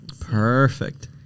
Perfect